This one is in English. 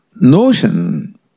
notion